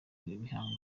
bihangano